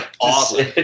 awesome